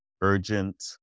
urgent